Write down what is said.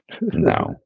No